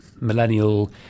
millennial